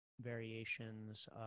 variations